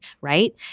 right